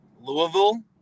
Louisville